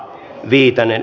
asia